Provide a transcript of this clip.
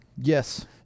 Yes